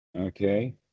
Okay